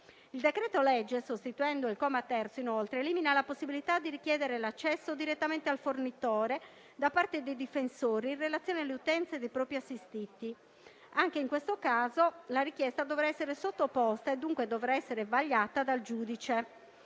Il decreto-legge, sostituendo il comma terzo, inoltre, elimina la possibilità di richiedere l'accesso direttamente al fornitore da parte dei difensori in relazione alle utenze dei propri assistiti. Anche in questo caso la richiesta dovrà essere sottoposta e dunque dovrà essere vagliata dal giudice.